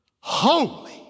holy